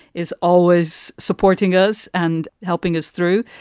is always supporting us and helping us through.